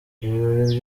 ibirori